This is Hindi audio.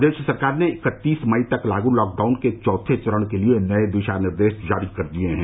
प्रदेश सरकार ने इकत्तीस मई तक लागू लॉकडाउन के चौथे चरण के लिए नए दिशा निर्देश जारी कर दिए हैं